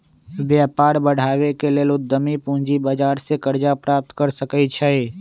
व्यापार बढ़ाबे के लेल उद्यमी पूजी बजार से करजा प्राप्त कर सकइ छै